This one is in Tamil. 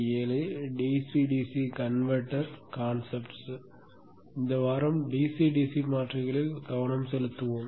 DC DC கன்வெர்ட்டர் கான்செப்ட்ஸ் இந்த வாரம் DC DC மாற்றிகளில் கவனம் செலுத்துவோம்